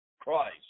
Christ